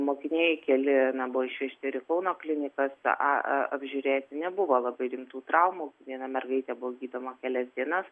mokiniai keli na buvo išvežti ir į kauno klinikas ą a apžiūrėti nebuvo labai rimtų traumų viena mergaitė buvo gydoma kelias dienas